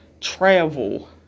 travel